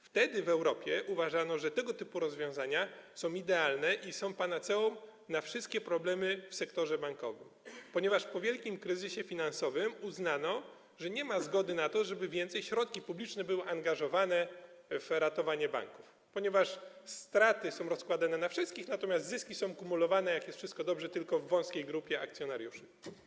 Wtedy w Europie uważano, że tego typu rozwiązania są idealne i są panaceum na wszystkie problemy w sektorze bankowym, ponieważ po wielkim kryzysie finansowym uznano, że nie ma zgody na to, żeby znowu środki publiczne były angażowane w ratowanie banków, gdyż straty są rozkładane na wszystkich, natomiast zyski są kumulowane, jak jest wszystko dobrze, tylko w wąskiej grupie akcjonariuszy.